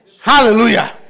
Hallelujah